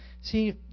See